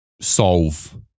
solve